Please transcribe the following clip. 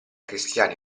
cristiani